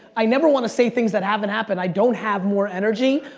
i never want to say things that haven't happened. i don't have more energy.